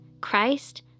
Christ